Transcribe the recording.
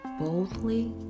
boldly